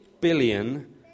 billion